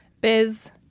Biz